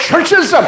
churches